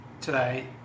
today